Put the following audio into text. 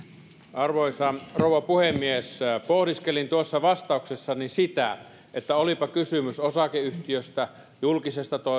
arvoisa rouva puhemies pohdiskelin tuossa vastauksessani sitä että olipa kysymys osakeyhtiöstä julkisesta